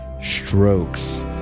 strokes